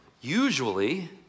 Usually